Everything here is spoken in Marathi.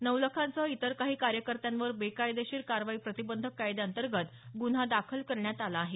नवलखांसह इतर काही कार्यकर्त्यांवर बेकायदेशीर कारवाई प्रतिबंधक कायद्यांतर्गत गुन्हा दाखल आहे